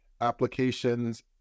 applications